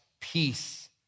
peace